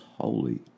holy